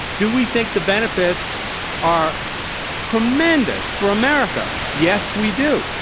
do we think the benefits are tremendous for america? yes, we do.